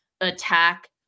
attack